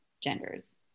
genders